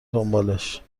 دنبالش